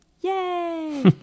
Yay